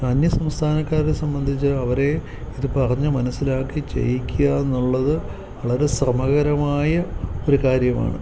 അന്യസംസ്ഥാനക്കാരെ സംബന്ധിച്ച് അവരെ ഇത് പറഞ്ഞു മനസ്സിലാക്കി ചെയ്യിക്കുകയെന്നുള്ളത് വളരെ ശ്രമകരമായ ഒരു കാര്യമാണ്